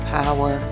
power